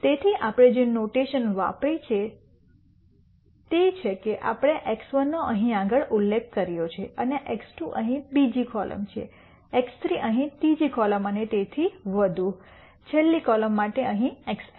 તેથી આપણે જે નોટેશન વાપરી છે તે છે કે આપણે x1 નો અહીં આગળ ઉપયોગ કર્યો છે અને x2 અહીં બીજી કોલમ માટે x3 અહીં ત્રીજી કોલમ માટે અને તેથી વધુ છેલ્લા કોલમ માટે અહીં xn